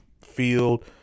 field